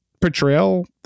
portrayal